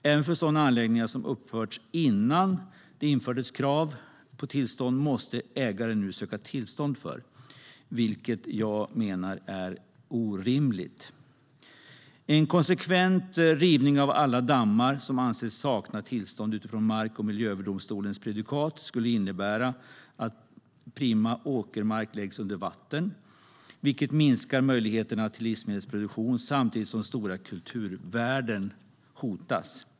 Även sådana anläggningar som uppförts innan det infördes krav på tillstånd måste ägaren nu söka tillstånd för, vilket jag menar är orimligt. En konsekvent rivning av alla dammar som anses sakna tillstånd utifrån mark och miljööverdomstolens prejudikat skulle innebära att prima åkermark läggs under vatten, vilket minskar möjligheterna till livsmedelsproduktion samtidigt som stora kulturvärden hotas.